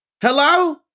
hello